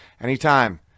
anytime